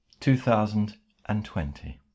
2020